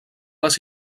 les